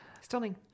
stunning